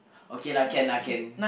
okay lah can lah can